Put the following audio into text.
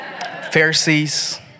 Pharisees